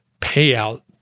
payout